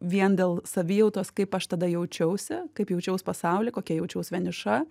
vien dėl savijautos kaip aš tada jaučiausi kaip jaučiaus pasauly kokia jaučiaus vieniša